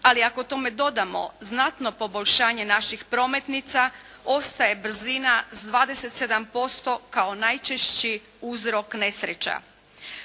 Ali ako k tome dodamo znatno poboljšanje naših prometnica, ostaje brzina sa 27% kao najčešći uzrok nesreća.